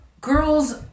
girls